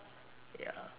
ya